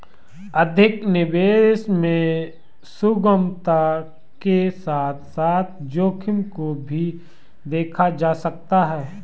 अधिक निवेश में सुगमता के साथ साथ जोखिम को भी देखा जा सकता है